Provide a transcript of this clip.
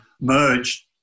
merged